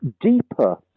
deeper